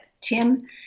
Tim